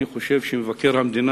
אני חושב שמבקר המדינה,